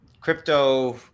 crypto